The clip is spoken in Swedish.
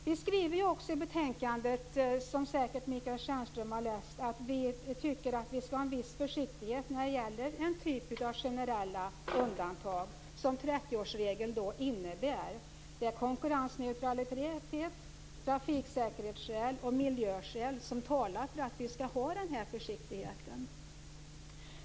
Vi skriver i betänkandet, som säkert Michael Stjernström har läst, att vi tycker att vi skall ha en viss försiktighet när det gäller den typ av generella undantag, som ju 30-årsregeln innebär. Det är konkurrensneutralitet, trafiksäkerhets och miljöskäl som talar för att vi skall ha den här försiktigheten.